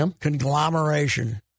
conglomeration